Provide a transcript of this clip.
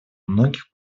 многих